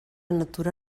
natura